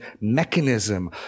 mechanism